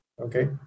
Okay